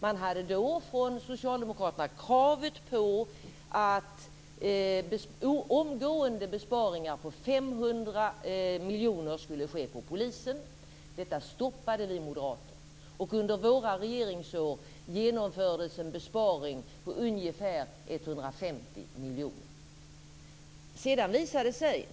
Då hade Socialdemokraterna ett krav på omgående besparingar på 500 miljoner på polisen. Detta stoppade vi moderater. Under våra regeringsår genomfördes en besparing på ungefär 150 miljoner.